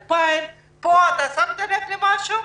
2,000. פה שמת לב למשהו?